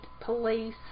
police